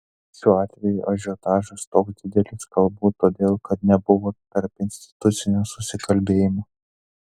šiuo atveju ažiotažas toks didelis galbūt todėl kad nebuvo tarpinstitucinio susikalbėjimo